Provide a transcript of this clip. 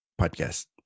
Podcast